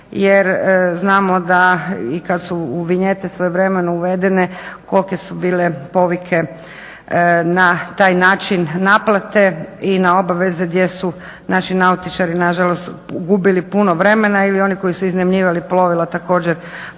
jer znamo da i kad su vinjete svojevremeno uvedene kolike su bile povike na taj način naplate i na obveze gdje su naši nautičari na žalost gubili puno vremena ili oni koji su iznajmljivali plovila također